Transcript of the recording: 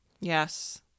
Yes